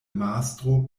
mastro